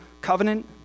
covenant